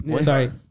Sorry